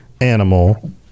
animal